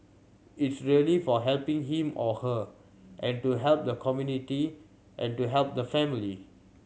it's really for helping him or her and to help the community and to help the family